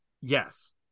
Yes